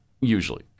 usually